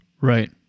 right